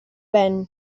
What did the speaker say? ben